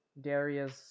Darius